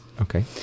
Okay